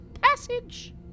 passage